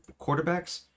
quarterbacks